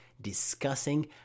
discussing